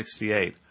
1968